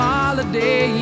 Holiday